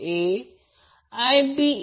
तर हा अँगल आहे